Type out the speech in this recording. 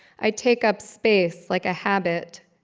i take up space like a habit,